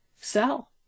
sell